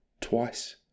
twice